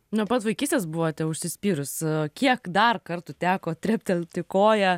nuo pat vaikystės buvote užsispyrus o kiek dar kartų teko treptelti koja